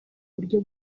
buryo